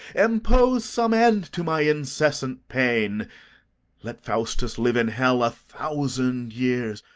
impose some end to my incessant pain let faustus live in hell a thousand years,